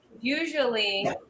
usually